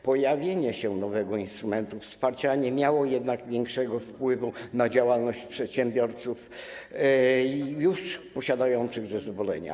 Pojawienie się nowego instrumentu wsparcia nie miało jednak większego wpływu na działalność przedsiębiorców już posiadających zezwolenia.